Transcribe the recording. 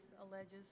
alleges